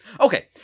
Okay